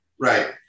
right